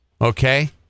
Okay